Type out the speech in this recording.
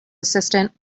assistant